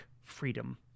freedom